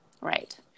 Right